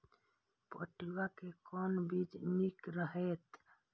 पटुआ के कोन बीज निक रहैत?